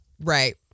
Right